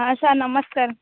ହଁ ସାର୍ ନମସ୍କାର